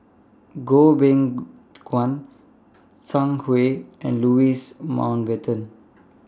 Goh Beng Kwan Zhang Hui and Louis Mountbatten